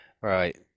Right